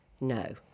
No